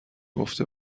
گفته